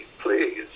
please